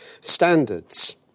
standards